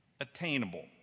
attainable